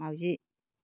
माउजि